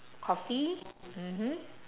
coffee mmhmm